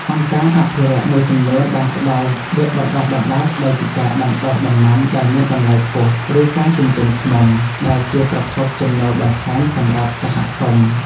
អង្គការអភិរក្សមួយចំនួនបានផ្តល់វគ្គបណ្តុះបណ្តាលស្តីពីការដាំដុះដំណាំដែលមានតម្លៃខ្ពស់ ឬការចិញ្ចឹមឃ្មុំ ដែលជាប្រភពចំណូលបន្ថែមសម្រាប់សហគមន៍។